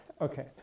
Okay